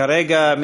כרגע,